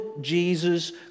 Jesus